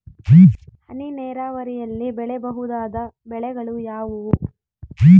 ಹನಿ ನೇರಾವರಿಯಲ್ಲಿ ಬೆಳೆಯಬಹುದಾದ ಬೆಳೆಗಳು ಯಾವುವು?